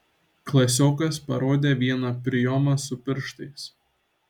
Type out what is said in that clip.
klasiokas parodė vieną prijomą su pirštais